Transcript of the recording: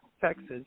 Texas